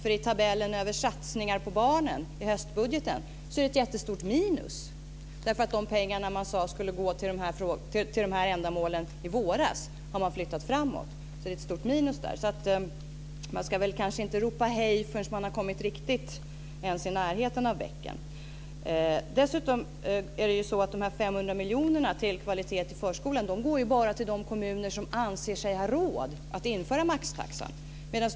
I tabellen över satsningar på barnen i höstbudgeten är det ett jättestort minus. De pengarna man sade skulle på till de ändamålen i våras har man flyttas framåt. Det är ett stort minus där. Man ska inte riktigt ropa hej förrän man kommit ens i närheten av bäcken. De 500 miljonerna till kvalitet i förskolan går dessutom bara till de kommuner som anser sig ha råd att införa maxtaxa.